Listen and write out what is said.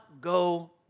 go